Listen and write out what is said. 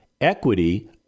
equity